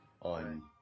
on